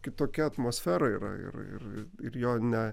kitokia atmosfera yra ir ir ir jo ne